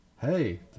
Hey